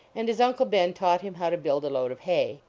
and his uncle ben taught him how to build a load of hay.